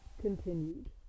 continued